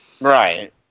Right